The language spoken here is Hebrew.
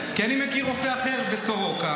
כי אני מכיר רופא אחר בסורוקה,